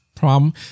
Problem